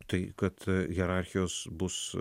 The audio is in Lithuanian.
tai kad hierarchijos bus